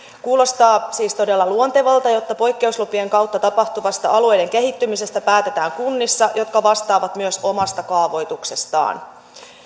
kuulostaa siis todella luontevalta että poikkeuslupien kautta tapahtuvasta alueiden kehittymisestä päätetään kunnissa jotka vastaavat myös omasta kaavoituksestaan